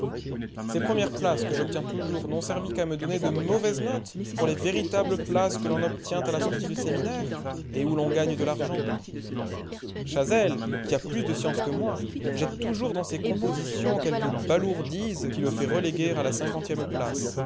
ces premières places que j'obtiens toujours n'ont servi qu'à me donner de mauvaises notes pour les véritables places que l'on obtient à la sortie du séminaire et où l'on gagne de l'argent chazel qui a plus de science que moi jette toujours dans ses compositions quelque balourdise qui le fait reléguer à la cinquantième place